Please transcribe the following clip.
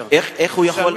התשע"א 2010,